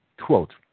Quote